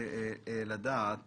מבקש לדעת